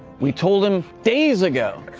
we told him days ago.